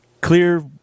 Clear